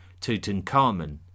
Tutankhamun